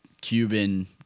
Cuban